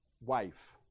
wife